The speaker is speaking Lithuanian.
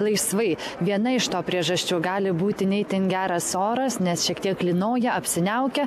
laisvai viena iš to priežasčių gali būti ne itin geras oras nes šiek tiek lynoja apsiniaukę